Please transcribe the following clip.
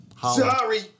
Sorry